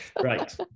right